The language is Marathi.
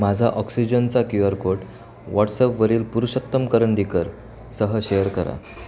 माझा ऑक्सिजनचा क्यू आर कोड व्हॉट्सॲपवरील पुरुषोत्तम करंदीकरसह शेअर करा